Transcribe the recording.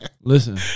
Listen